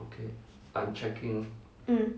mm